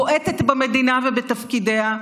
בועטת במדינה ובתפקידיה,